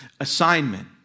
assignment